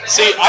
See